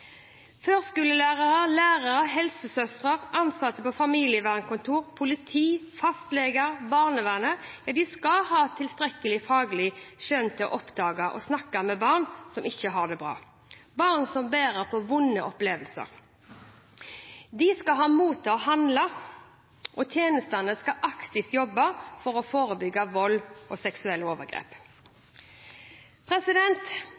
Førskolelærere, lærere, helsesøstre, ansatte på familievernkontor, politi, fastleger og barnevernet skal ha tilstrekkelig faglig skjønn til å oppdage og snakke med barn som ikke har det bra, og som bærer på vonde opplevelser. De skal ha mot til å handle. Tjenestene skal aktivt jobbe for å forebygge vold og seksuelle